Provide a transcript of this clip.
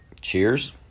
Cheers